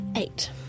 Eight